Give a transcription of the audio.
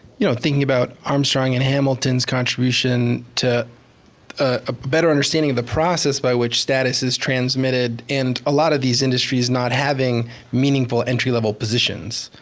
you know, thinking about armstrong and hamilton's contribution to a better understanding of the process by which status is transmitted, and a lot of these industries not having meaningful entry level positions.